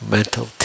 Mental